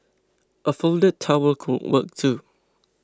a folded towel could work too